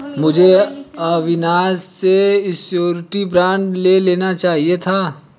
मुझे अविनाश से surety bond ले लेना चाहिए था